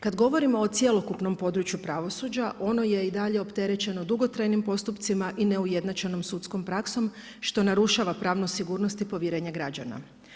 Kad govorimo o cjelokupnom području pravosuđa ono je i dalje opterećeno dugotrajnim postupcima i neujednačenom sudskom praksom što narušava pravnu sigurnost i povjerenje građana.